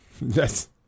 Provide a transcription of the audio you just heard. Yes